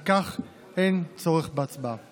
על כך אין צורך בהצבעה.